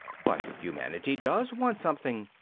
but humanity does want something.